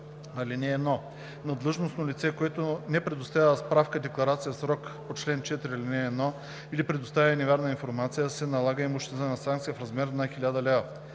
(1) На задължено лице, което не представи справка декларация в срока по чл. 4, ал. 1 или предостави невярна информация, се налага имуществена санкция в размер на 1000 лв.